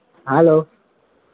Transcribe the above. hello